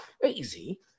crazy